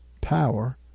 power